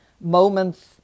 moments